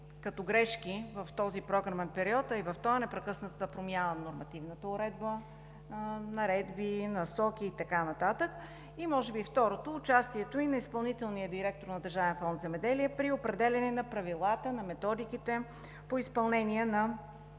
като грешки в този програмен период, а и в сегашния, непрекъсната промяна на нормативната уредба – наредби, насоки и така нататък. И може би и второто, участието и на изпълнителния директор на Държавен фонд „Земеделие“ при определяне на правилата, на методиките по изпълнение на